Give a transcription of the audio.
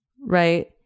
right